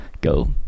Go